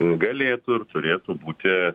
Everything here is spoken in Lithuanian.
galėtų ir turėtų būti